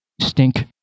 stink